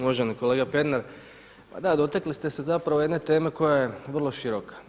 Uvaženi kolega Pernar, pa da dotakli ste se zapravo jedne teme koja je vrlo široka.